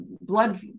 blood